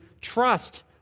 trust